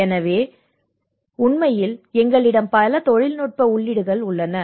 எனவே உண்மையில் எங்களிடம் பல தொழில்நுட்ப உள்ளீடுகள் உள்ளன